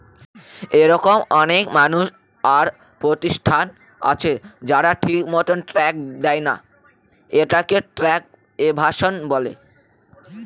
এরকম অনেক মানুষ আর প্রতিষ্ঠান আছে যারা ঠিকমত ট্যাক্স দেয়না, এটাকে ট্যাক্স এভাসন বলে